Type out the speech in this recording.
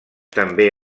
també